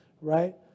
right